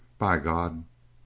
by god!